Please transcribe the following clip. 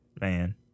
man